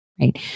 Right